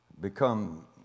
become